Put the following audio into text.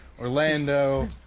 Orlando